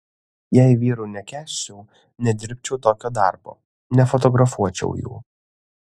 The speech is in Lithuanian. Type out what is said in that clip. jei vyrų nekęsčiau nedirbčiau tokio darbo nefotografuočiau jų